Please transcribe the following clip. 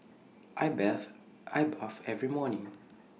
I bathe I every morning